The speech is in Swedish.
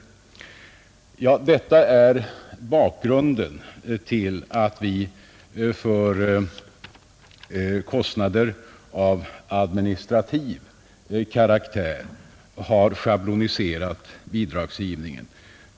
Detta är bakgrunden till att vi för kostnader av administrativ karaktär har schabloniserat bidragsgivningen.